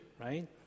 right